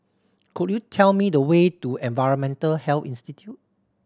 could you tell me the way to Environmental Health Institute